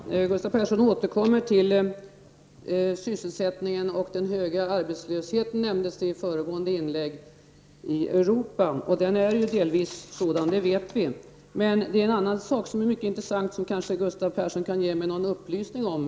Fru talman! Gustav Persson återkommer till sysselsättningen, och han nämnde i sitt förra inlägg den höga arbetslösheten i Europa. Den är ju delvis hög, det vet vi. Det finns emellertid även en annan mycket intressant fråga, som Gustav Persson kanske kunde ge mig någon upplysning om.